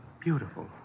beautiful